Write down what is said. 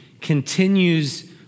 continues